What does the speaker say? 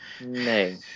No